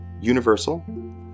Universal